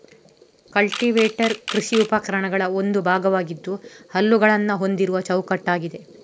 cultivator ಕೃಷಿ ಉಪಕರಣಗಳ ಒಂದು ಭಾಗವಾಗಿದ್ದು ಹಲ್ಲುಗಳನ್ನ ಹೊಂದಿರುವ ಚೌಕಟ್ಟಾಗಿದೆ